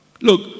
Look